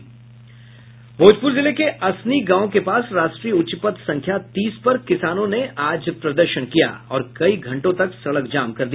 भोजपूर जिले के असनी गांव के पास राष्ट्रीय उच्च पथ संख्या तीस पर किसानों ने आज प्रदर्शन किया और कई घंटों तक सड़क जाम कर दिया